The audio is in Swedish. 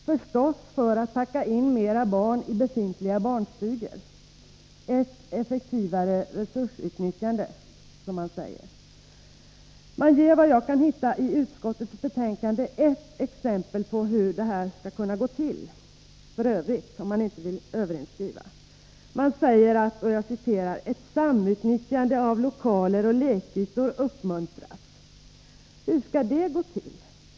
Naturligtvis för att få in flera barn i befintliga barnstugor — det blir ”ett effektivare resursutnyttjande”. I utskottets betänkande har jag bara kunnat finna ert exempel på hur man tänkt sig att detta skall fungera, om man nu inte vill överinskriva. Utskottet säger att ”ett samutnyttjande av lokaler och lekytor uppmuntras”. Hur skall det gå till?